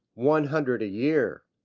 one hundred a year.